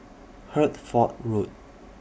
Hertford Road